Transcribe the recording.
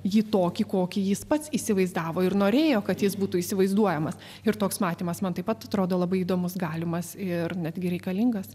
jį tokį kokį jis pats įsivaizdavo ir norėjo kad jis būtų įsivaizduojamas ir toks matymas man taip pat atrodo labai įdomus galimas ir netgi reikalingas